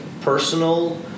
personal